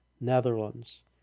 Netherlands